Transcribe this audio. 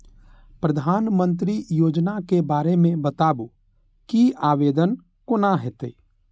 प्रधानमंत्री योजना के बारे मे बताबु की आवेदन कोना हेतै?